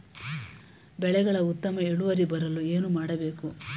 ಬೆಳೆಗಳ ಉತ್ತಮ ಇಳುವರಿ ಬರಲು ಏನು ಮಾಡಬೇಕು?